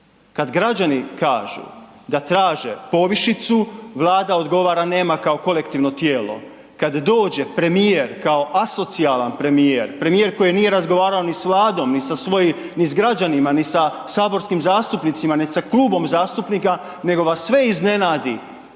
Kada građani kažu da traže povišicu, Vlade nema kao kolektivno tijelo, kada dođe premijer kao asocijalan premijer, premijer koji nije razgovarao ni s Vladom, ni sa građanima, ni sa saborskim zastupnicima, ni sa klubom zastupnika nego vas sve iznenadi